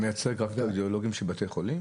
אתה מייצג רק רדיולוגים של בתי חולים?